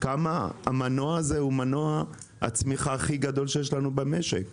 כמה המנוע הזה הוא מנוע הצמיחה הכי גדול שיש לנו במשק.